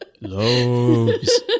lobes